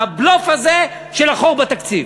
עם הבלוף הזה של החור בתקציב.